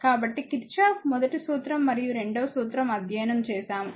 కాబట్టి కిర్చాఫ్ మొదటి సూత్రం మరియు రెండవ సూత్రం అధ్యయనం చేశాము